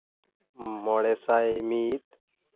ᱢᱚᱬᱮ ᱥᱟᱭ ᱢᱤᱫ